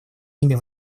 ними